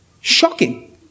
Shocking